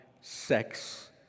sex